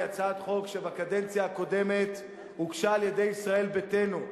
היא הצעת חוק שבקדנציה הקודמת הוגשה על-ידי ישראל ביתנו,